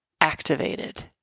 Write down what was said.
activated